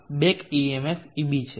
આ back EMF eb છે